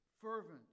Fervent